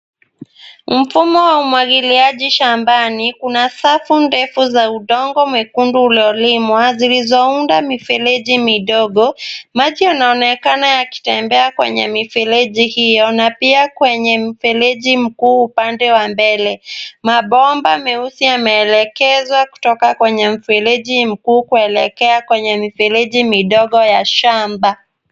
Mfumo wa umwagiliaji shambani, una safu ndefu za udongo mwekundu uliolimwa zilizounda mifereji midogo. Maji yanaonekana yakitembea kwenye mifereji hiyo na pia kwenye mfereji mkuu upande wa mbele. Mabomba meusi yameelekezwa kutoka kwenye mfereji mkuu kuelekea kwenye mifereji midogo ya shamba.